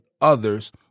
others